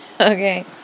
Okay